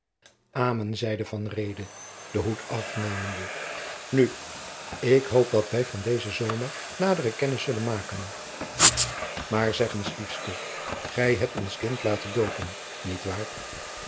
amen zeide van reede den hoed afnemende nu ik hoop dat wij van dezen zomer nadere kennis zullen maken maar zeg eens liefste gij hebt ons kind laten doopen niet waar